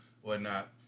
whatnot